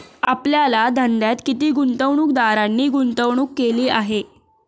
आपल्या धंद्यात किती गुंतवणूकदारांनी गुंतवणूक केली आहे?